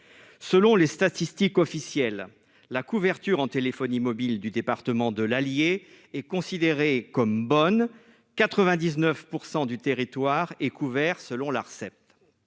selon les statistiques officielles, la couverture en téléphonie mobile du département de l'Allier est considérée comme bonne 99 % du territoire est couvert, selon l'Arcep,